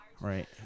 Right